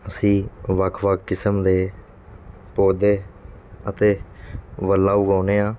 ਅਸੀਂ ਵੱਖ ਵੱਖ ਕਿਸਮ ਦੇ ਪੌਦੇ ਅਤੇ ਵੇਲਾਂ ਉਗਾਉਂਦੇ ਹਾਂ